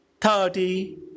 thirty